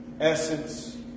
essence